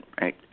right